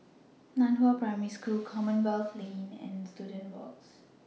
NAN Hua Primary School Commonwealth Lane and Students Walk